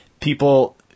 People